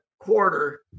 quarter